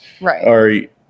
Right